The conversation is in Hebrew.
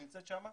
שנמצאת שם,